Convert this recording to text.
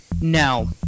No